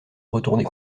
retourner